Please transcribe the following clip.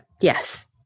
Yes